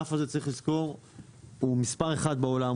הענף הזה הוא מספר אחד בעולם,